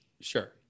Sure